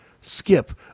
skip